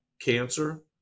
cancer